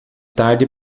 tarde